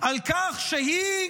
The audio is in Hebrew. על כך שהיא